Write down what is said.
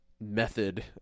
method